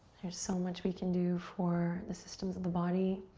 there's so much we can do for the systems of the body